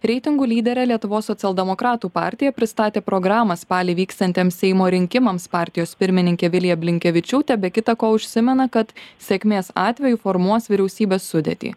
reitingų lyderė lietuvos socialdemokratų partija pristatė programą spalį vyksiantiems seimo rinkimams partijos pirmininkė vilija blinkevičiūtė be kita ko užsimena kad sėkmės atveju formuos vyriausybės sudėtį